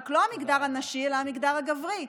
רק לא המגדר הנשי אלא המגדר הגברי,